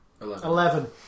Eleven